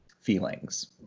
feelings